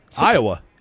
iowa